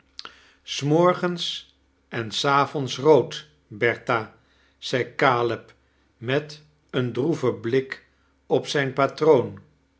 s morgens en s avonds rood bertha zei caleb met een droeven blik op zijn pa